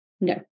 no